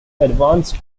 advanced